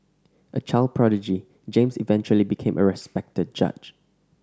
a child prodigy James eventually became a respected judge